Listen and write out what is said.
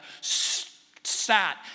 sat